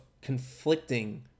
conflicting